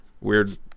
weird